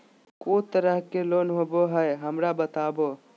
को तरह के लोन होवे हय, हमरा बताबो?